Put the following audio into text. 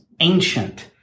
ancient